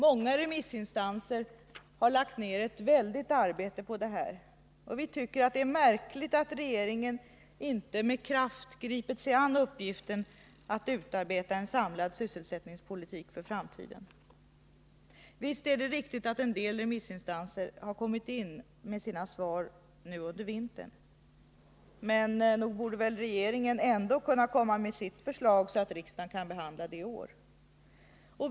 Många remissinstanser har lagt ner ett väldigt arbete, och vi tycker att det är märkligt att regeringen inte med kraft gripit sig an uppgiften att utarbeta en samlad sysselsättningspolitik för framtiden. Visst är det riktigt att en del remissinstanser har kommit in med sina svar nu under vintern. Men nog borde väl regeringen ändå kunna komma med sitt förslag, så att riksdagen kan behandla det i år.